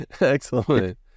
Excellent